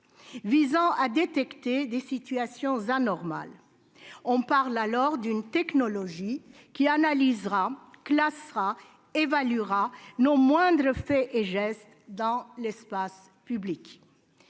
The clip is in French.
afin de détecter des « situations anormales ». On parle alors d'une technologie qui analysera, classera, évaluera nos moindres faits et gestes dans l'espace public.